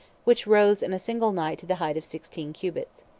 which rose in a single night to the height of sixteen cubits.